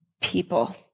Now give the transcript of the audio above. people